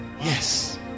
yes